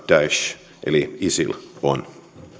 takana daesh eli isil on